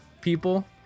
people